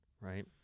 Right